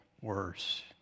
worse